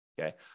okay